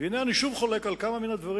והנה אני שוב חולק על כמה מהדברים,